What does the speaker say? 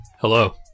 Hello